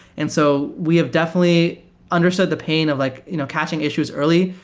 and so we have definitely understood the pain of like you know caching issues early,